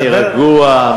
רגוע,